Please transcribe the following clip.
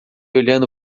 olhando